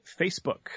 Facebook